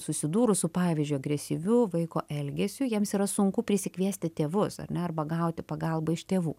susidūrus su pavyzdžiui agresyviu vaiko elgesiu jiems yra sunku prisikviesti tėvus ar ne arba gauti pagalbą iš tėvų